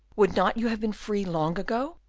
would not you have been free long ago?